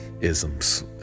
isms